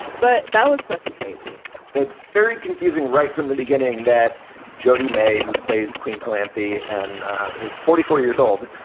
but that was fucking crazy but very confusing right from the beginning that jody mae, who plays quinn galanti and is forty four years old,